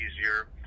easier